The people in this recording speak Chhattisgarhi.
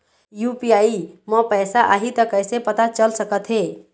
यू.पी.आई म पैसा आही त कइसे पता चल सकत हे?